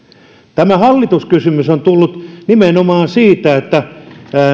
tämä hallituskysymys on tullut nimenomaan siitä että